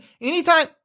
anytime